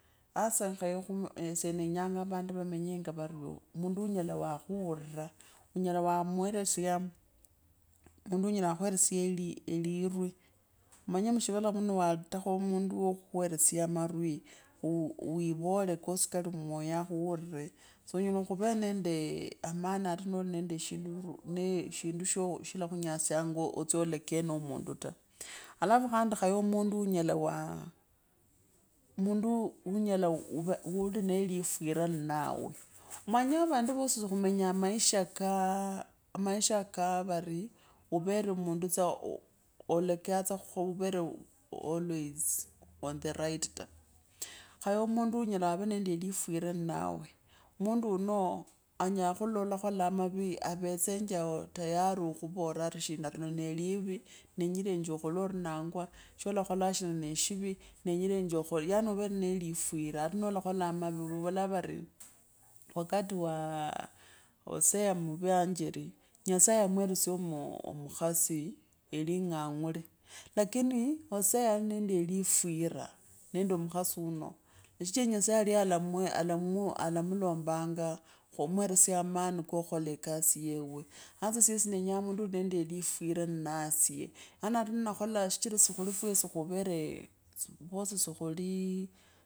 Hasa esye nenyanga vandu vamenge vario, mundu unyala wa khuura unyala wa mweresya, mundu unyala wa khweresya elurwi, omanye mushivala shino watakha mundu wokhweresya marwii, wivole kosi kali mmoyo kosi akhuure sonyala khuva nende amani ata ndinende shindu ne shindu sho shila khunyasyanga otsye olekee no mundu ta, halafu khandi khaye khenya mundu unyala waa, mundu unyala elinende lifwira nnawe omanye vandu vosi sikhumenyanga maisha kali kaa, maisha kaa vari uveretsa mundu waa olekeyanza ori okhu avere always on the right ta. Khaye ove nende mundu unyala khuve nelifwira nnawe, mundu uneo anyala kulola olakholanga amavii avetsenje yao tayari khuvoora arishina lino nee livi, nenyirenje okhole ori nangwa, sholakholanga shino ne shivi, nenyirenje, yaani uve nende lifwira atanolakholanga mavi vavolanga vari wakati wa hosea muvanjeri nyasaye yamweresya mukhasi.